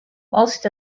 most